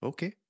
Okay